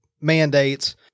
mandates